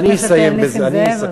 חבר הכנסת נסים זאב.